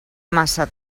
massa